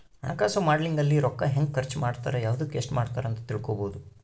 ಹಣಕಾಸು ಮಾಡೆಲಿಂಗ್ ಅಲ್ಲಿ ರೂಕ್ಕ ಹೆಂಗ ಖರ್ಚ ಮಾಡ್ತಾರ ಯವ್ದುಕ್ ಎಸ್ಟ ಮಾಡ್ತಾರ ಅಂತ ತಿಳ್ಕೊಬೊದು